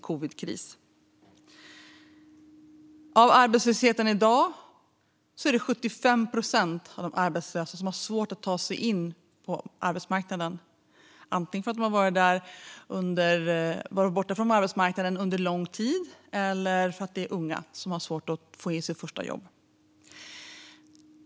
Av de som är arbetslösa i dag har 75 procent svårt att ta sig in på arbetsmarknaden, antingen för att de varit borta från arbetsmarknaden under lång tid eller för att de är unga och har svårt att få sitt första jobb.